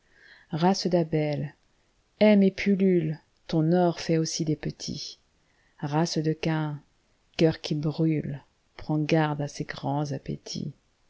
race d'abel aime et pulluleiton or fait aussi des petits race de caïn cœur qui brûle prends garde à ces grands appétits